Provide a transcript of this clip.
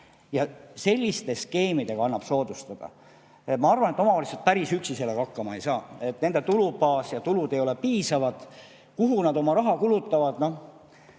Selliste skeemidega annab seda soodustada. Ma arvan, et omavalitsused päris üksi sellega hakkama ei saa, nende tulubaas, tulu ei ole piisav. Kuhu nad oma raha kulutavad,